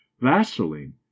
Vaseline